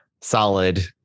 solid